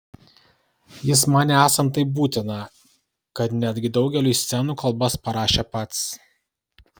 jis manė esant taip būtina kad netgi daugeliui scenų kalbas parašė pats